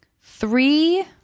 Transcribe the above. three